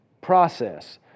process